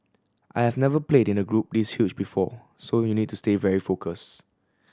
I have never played in a group this huge before so you need to stay very focus